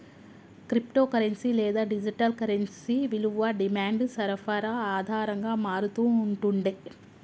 crypto currency లేదా digital currency విలువ డిమాండ్, సరఫరా ఆధారంగా మారతూ ఉంటుండే